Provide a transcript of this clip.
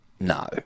No